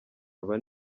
aba